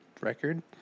record